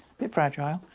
bit fragile.